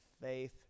faith